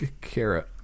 Carrot